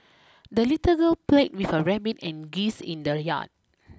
the little girl played with her rabbit and geese in the yard